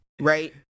Right